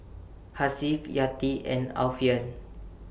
Hasif Yati and Alfian